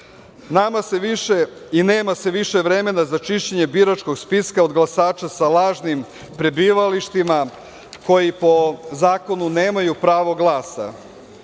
zahteva. Nema se više vremena za čišćenje biračkog spiska od glasača sa lažnim prebivalištima, koji po zakonu nemaju pravo glasa. Ništa